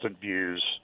views